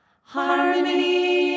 Harmony